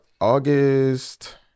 August